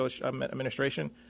Administration